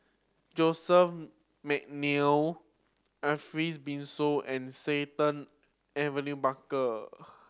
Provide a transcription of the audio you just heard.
Joseph McNally Ariff Bongso and Sultan Abu New Bakar